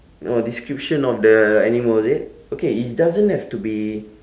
orh description of the animal is it okay it doesn't have to be